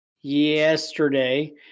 yesterday